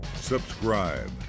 subscribe